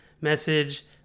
message